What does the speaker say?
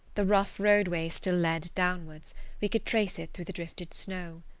the rough roadway still led downwards we could trace it through the drifted snow.